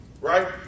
Right